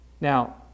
Now